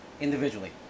individually